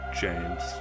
James